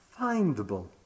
findable